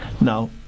Now